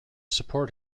support